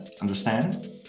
understand